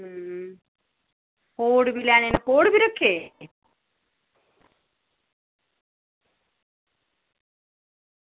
अं खोड़ बी लैने खोड़ बी रक्खे दे